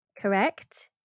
Correct